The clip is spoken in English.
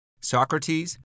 Socrates